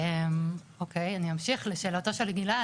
אוקיי אני אמשיך לשאלתו של גלעד,